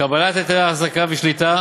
קבלת היתרי החזקה ושליטה